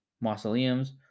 mausoleums